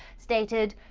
stated,